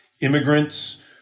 Immigrants